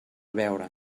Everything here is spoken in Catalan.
beure